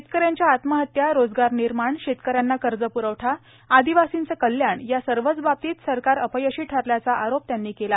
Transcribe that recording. शेतकऱ्यांच्या आत्महत्याए रोजगार निर्माणए शेतकऱ्यांना कर्ज प्रवठाए आदिवासींचं कल्याण या सर्वच बाबतीत सरकार अपयशी ठरल्याचा आरोप त्यांनी केला